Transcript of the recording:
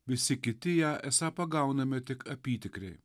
visi kiti ją esą pagauname tik apytikriai